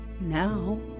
now